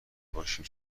باشیم